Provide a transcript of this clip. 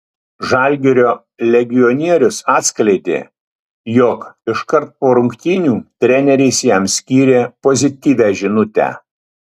žalgirio legionierius atskleidė jog iškart po rungtynių treneris jam skyrė pozityvią žinutę